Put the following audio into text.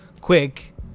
quick